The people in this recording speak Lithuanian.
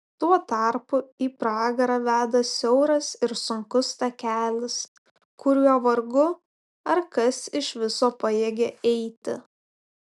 tuo tarpu į pragarą veda siauras ir sunkus takelis kuriuo vargu ar kas iš viso pajėgia eiti